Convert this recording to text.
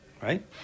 Right